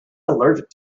allergic